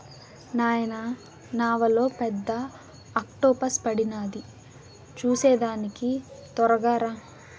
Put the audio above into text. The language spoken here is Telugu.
నాయనా నావలో పెద్ద ఆక్టోపస్ పడినాది చూసేదానికి తొరగా రా